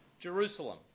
Jerusalem